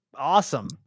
Awesome